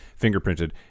fingerprinted